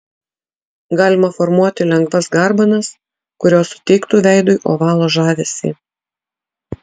galima formuoti lengvas garbanas kurios suteiktų veidui ovalo žavesį